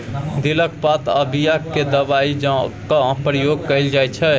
दिलक पात आ बीया केँ दबाइ जकाँ प्रयोग कएल जाइत छै